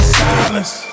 silence